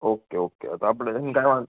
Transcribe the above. okay okay તો આપડે એમ કાંઈ